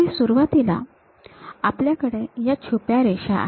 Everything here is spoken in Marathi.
आणि सुरुवातीला आपल्याकडे ह्या छुप्या रेषा आहेत